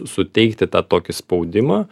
suteikti tą tokį spaudimą